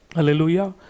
Hallelujah